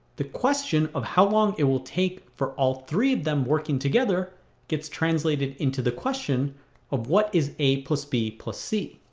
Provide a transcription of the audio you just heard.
the question of how long it will take for all three of them working together gets translated into the question of what is a b but c?